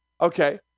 okay